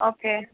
okay